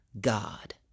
God